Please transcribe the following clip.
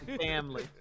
family